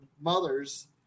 mothers